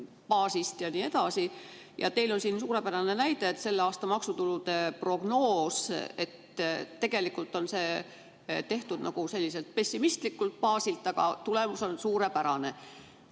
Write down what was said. baasilt ja nii edasi. Teil on siin suurepärane näide, et selle aasta maksutulude prognoos on tegelikult tehtud pessimistlikult baasilt, aga tulemus on suurepärane.